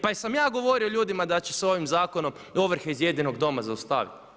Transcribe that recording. Pa jesam ja govorio ljudima da će se ovim zakonom ovrhe iz jedinog doma zaustaviti?